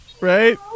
Right